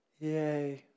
yay